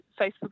Facebook